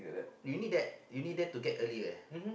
you need that you need that to get earlier